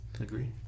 agree